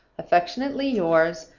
affectionately yours,